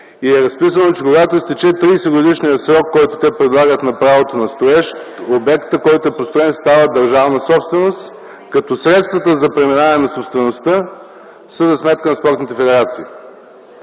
И е разписано, че когато изтече 30-годишният срок, който те предлагат за правото на строеж, обектът, който е построен, става държавна собственост, като средствата за преминаване на собствеността са за сметка на спортните федерации.